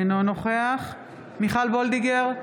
אינו נוכח מיכל וולדיגר,